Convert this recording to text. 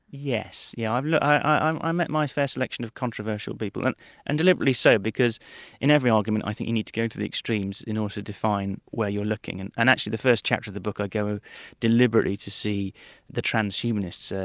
yes. yeah like i i met my fair selection of controversial people, and and deliberately so, because in every argument i think you need to go to the extremes, in order to find where you're looking. and and actually the first chapter of the book i go deliberately to see the transhumanists, ah